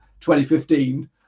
2015